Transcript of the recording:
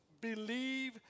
believe